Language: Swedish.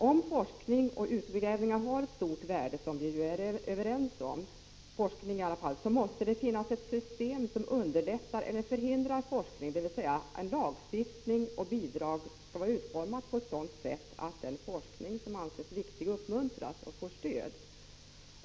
Om forskning och utgrävningar har ett stort värde — vilket vi ju är överens om, i varje fall när det gäller forskning — så måste det finnas ett system som underlättar eller förhindrar forskning, dvs. lagstiftning och bidrag skall utformas på ett sådant sätt att den forskning som anses viktig uppmuntras och får stöd.